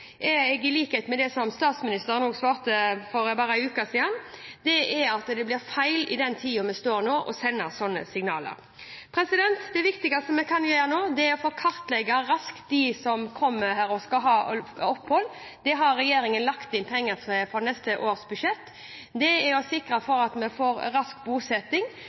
jeg – i likhet med det som statsministeren svarte for bare en uke siden – at det blir feil i den tida vi nå står i, å sende sånne signaler. Det viktigste vi kan gjøre nå, er å kartlegge raskt dem som kommer hit og skal ha opphold. Det har regjeringen lagt inn penger til på neste års budsjett. Det gjøres for å sikre at vi får rask bosetting,